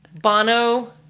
Bono